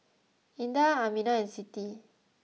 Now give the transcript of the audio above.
Indah Aminah and Siti